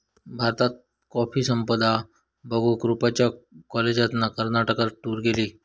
भारताची कॉफी संपदा बघूक रूपच्या कॉलेजातना कर्नाटकात टूर गेली